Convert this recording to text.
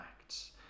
Acts